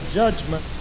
judgment